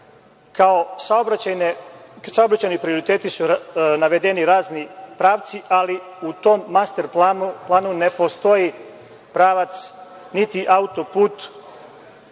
kao saobraćajni prioriteti su navedeni razni pravci, ali u tom master planu ne postoji pravac, niti autoput